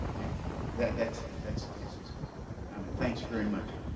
and that that's that's the essence of my comment. thanks very much.